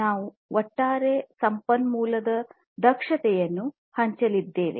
ನಾವು ಒಟ್ಟಾರೆ ಸಂಪನ್ಮೂಲದ ದಕ್ಷತೆಯನ್ನು ಹೆಚ್ಚಿಸಲಿದ್ದೇವೆ